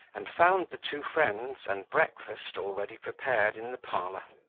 and found the two friends and breakfast already prepared in the parlour.